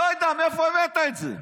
לא יודע מאיפה הבאת את זה.